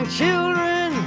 children